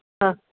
हां